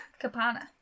Capana